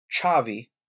Chavi